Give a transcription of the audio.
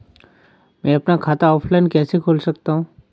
मैं अपना खाता ऑफलाइन कैसे खोल सकता हूँ?